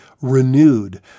renewed